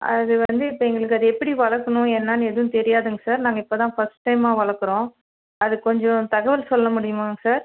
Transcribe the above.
அது வந்து இப்போ எங்களுக்கு அது எப்படி வளர்க்குணும் என்னான்னு எதுன்னு தெரியாதுங்க சார் நாங்கள் இப்போ தான் ஃபஸ்ட் டைமாக வளர்க்கறோம் அது கொஞ்சம் தகவல் சொல்ல முடியுமாங்க சார்